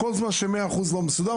כל זמן ש-100% לא מסודר,